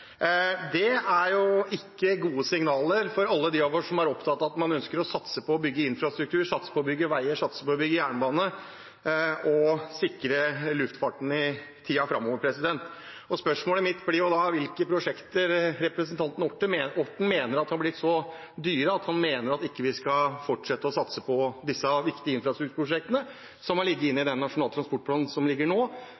Det er jo ikke gode signaler for alle dem av oss som er opptatt av og ønsker å satse på å bygge infrastruktur, satse på å bygge veier, satse på å bygge jernbane og sikre luftfarten i tiden framover. Spørsmålet mitt blir da hvilke prosjekter representanten Orten mener har blitt så dyre at vi ikke skal fortsette å satse på disse viktige infrastrukturprosjektene som har ligget inne